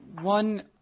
One